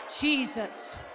Jesus